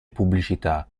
pubblicità